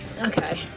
okay